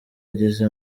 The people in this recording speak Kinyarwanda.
ageze